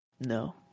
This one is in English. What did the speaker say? no